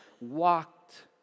walked